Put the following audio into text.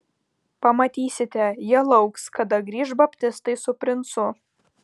pamatysite jie lauks kada grįš baptistai su princu